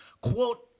quote